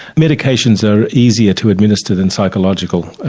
medications are easier to administer than psychological